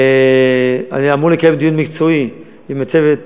אני אמור לקיים דיון מקצועי עם הצוות